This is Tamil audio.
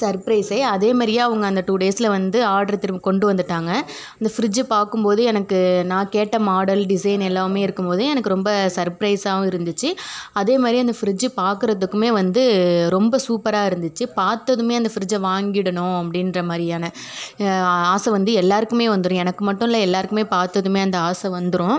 சர்ப்ரைஸ்ஸே அதே மாரியே அவங்க அந்த டூ டேய்ஸில் வந்து ஆட்ரு திரும்ப கொண்டு வந்துட்டாங்க அந்த ஃபிரிட்ஜு பார்க்கும்போது எனக்கு நான் கேட்ட மாடல் டிசைன் எல்லாமே இருக்கும்போது எனக்கு ரொம்ப சர்ப்ரைஸ்சாகவும் இருந்துச்சு அதே மாதிரி அந்த ஃப்ரிட்ஜு பார்க்குறதுக்குமே வந்து ரொம்ப சூப்பராக இருந்துச்சு பார்த்ததுமே அந்த ஃப்ரிட்ஜ்ஜை வாங்கிடணும் அப்படியென்ற மாதிரியான ஆசை வந்து எல்லாேருக்குமே வந்துடும் எனக்கு மட்டும் இல்லை எல்லாேருக்குமே பார்த்ததுமே அந்த ஆசை வந்துடும்